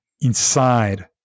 inside